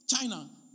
China